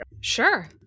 Sure